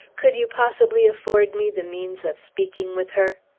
could you possibly afford me the means of speaking with her?